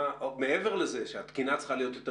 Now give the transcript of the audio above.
מעבר לזה שהתקינה צריכה להיות יותר